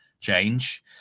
change